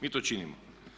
Mi to činimo.